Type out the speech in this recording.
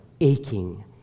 aching